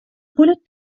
bullet